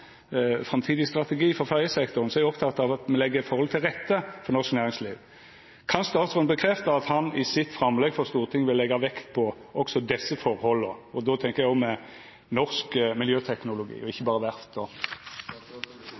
framtidig strategi for ferjesektoren, er eg oppteken av at me legg forholda til rette for norsk næringsliv. Kan statsråden bekrefta at han i sitt framlegg for Stortinget vil leggja vekt på også desse forholda – og då tenkjer eg òg på norsk miljøteknologi og ikkje berre